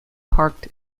parked